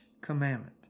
commandment